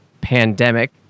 pandemic